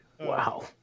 Wow